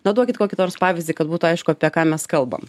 na duokit kokį nors pavyzdį kad būtų aišku apie ką mes kalbam